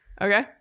Okay